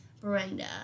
Brenda